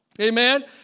Amen